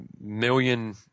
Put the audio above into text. million